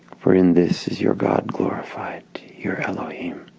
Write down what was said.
for in this is your god glorified your elohim